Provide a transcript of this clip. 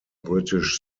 british